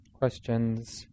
Questions